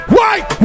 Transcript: White